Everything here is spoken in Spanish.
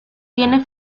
tiene